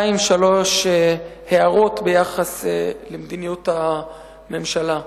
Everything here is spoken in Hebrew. הערות או שלוש ביחס למדיניות הממשלה.